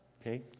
Okay